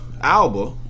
Alba